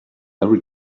every